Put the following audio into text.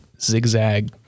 zigzag